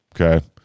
Okay